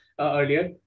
earlier